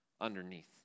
underneath